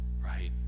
right